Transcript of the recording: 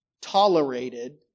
tolerated